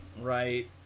Right